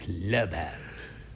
Clubhouse